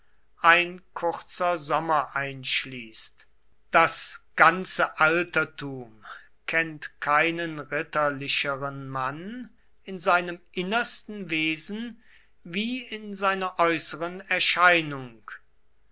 ein kurzer sommer einschließt das ganze altertum kennt keinen ritterlicheren mann in seinem innersten wesen wie in seiner äußeren erscheinung